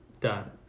done